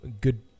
good